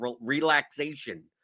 relaxation